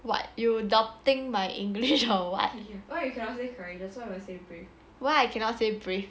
what you doubting my english or what why I cannot say brave